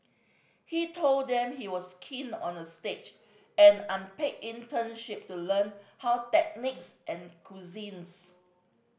he told them he was keen on a stage an unpaid internship to learn how techniques and cuisines